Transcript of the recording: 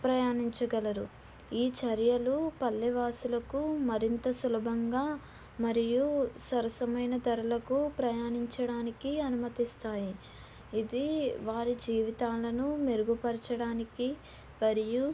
ప్రయాణించగలరు ఈ చర్యలు పల్లెవాసులకు మరింత సులభంగా మరియు సరసమైన ధరలకు ప్రయాణించడానికి అనుమతిస్తాయి ఇది వారి జీవితాలను మెరుగుపరచడానికి మరియు